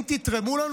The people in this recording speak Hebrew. אם תתרמו לנו,